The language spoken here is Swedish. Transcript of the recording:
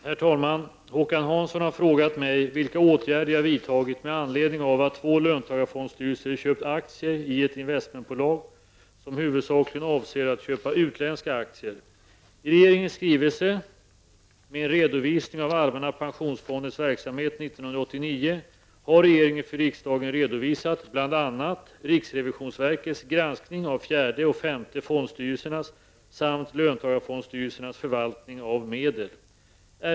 Herr talman! Håkan Hansson har frågat mig vilka åtgärder jag vidtagit med anledning av att två löntagarfondsstyrelser köpt aktier i ett investmentbolag som huvudsakligen avser att köpa utländska aktier. I regeringens skrivelse 1989/90:137 med en redovisning av allmänna pensionsfondens verksamhet 1989 har regeringen för riksdagen redovisat bl.a. riksrevisionsverkets granskning av fjärde och femte fondstyrelsernas samt löntagarfondsstyrelsernas förvaltning av medel.